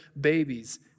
babies